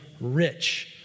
rich